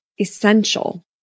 Essential